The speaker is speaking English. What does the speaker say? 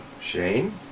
Shane